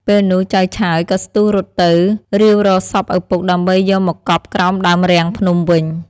ពេលនោះចៅឆើយក៏ស្ទុះរត់ទៅ រាវរកសពឪពុកដើម្បីយកមកកប់ក្រោមដើមរាំងភ្នំវិញ ។